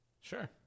sure